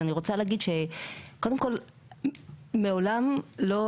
אז אני רוצה להגיד שקודם כל מעולם לא,